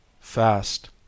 FAST